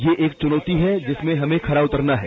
यह एक चुनौती है जिसमें हमें खरा उतरना है